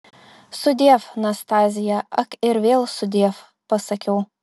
sudiev nastazija ak ir vėl sudiev pasakiau